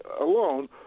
alone